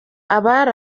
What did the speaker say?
abari